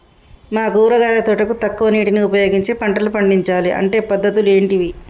మా కూరగాయల తోటకు తక్కువ నీటిని ఉపయోగించి పంటలు పండించాలే అంటే పద్ధతులు ఏంటివి?